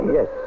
Yes